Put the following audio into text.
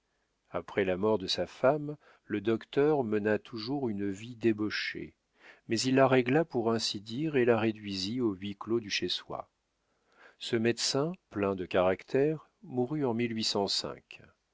après la mort de sa femme le docteur mena toujours une vie débauchée mais il la régla pour ainsi dire et la réduisit au huis-clos du chez soi ce médecin plein de caractère mourut en